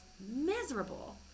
miserable